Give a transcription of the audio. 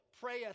prayeth